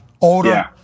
Older